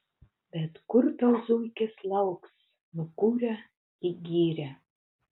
bet kur tau zuikis lauks nukūrė į girią